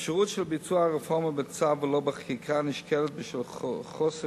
האפשרות של ביצוע הרפורמה בצו ולא בחקיקה נשקלת בשל חוסר